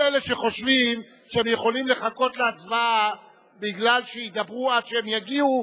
כל אלה שחושבים שהם יכולים לחכות להצבעה כי ידברו עד שהם יגיעו,